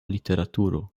literaturo